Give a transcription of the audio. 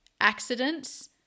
accidents